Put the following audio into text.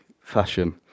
fashion